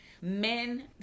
Men